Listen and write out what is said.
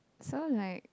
so like